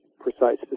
precise